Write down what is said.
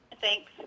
Thanks